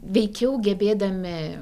veikiau gebėdami